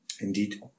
Indeed